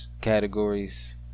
categories